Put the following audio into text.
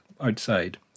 outside